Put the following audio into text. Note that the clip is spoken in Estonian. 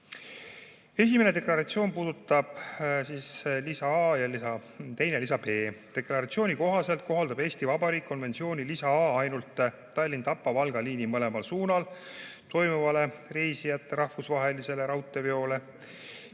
Esimene deklaratsioon puudutab lisa A ja teine lisa B. Deklaratsiooni kohaselt kohaldab Eesti Vabariik konventsiooni lisa A ainult Tallinn–Tapa–Valga liini mõlemal suunal toimuvale reisijate rahvusvahelisele raudteeveole,